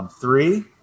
Three